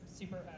Super